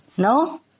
No